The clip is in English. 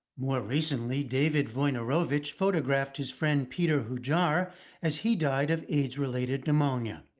more recently, david wojnarowicz photographed his friend peter hujar as he died of aids-related pneumonia.